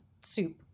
soup